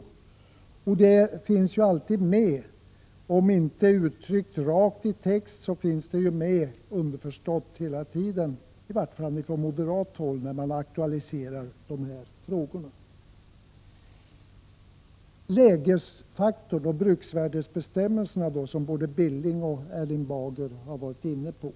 Det här resonemanget finns hela tiden med, om inte klart utsagt så åtminstone underförstått — i varje fall från moderat håll — när de här frågorna har aktualiserats. Så till de frågor som rör lägesfaktorn och bruksvärdesbestämmelserna, som både Knut Billing och Erling Bager har varit inne på.